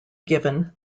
given